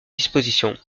disposition